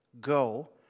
go